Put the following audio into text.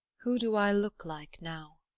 who do i look like now?